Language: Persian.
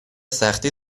سختی